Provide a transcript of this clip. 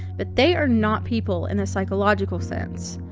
but they are not people in a psychological sense.